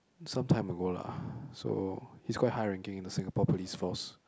sometime ago lah so he's quite high ranking in the Singapore Police Force